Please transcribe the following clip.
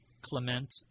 Clement